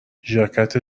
ژاکت